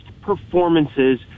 performances